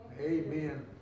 Amen